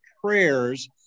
prayers